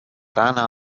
rana